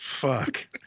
fuck